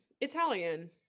Italian